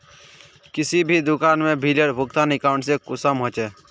किसी भी दुकान में बिलेर भुगतान अकाउंट से कुंसम होचे?